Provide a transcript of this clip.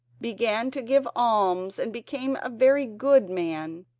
began to give alms and became a very good man,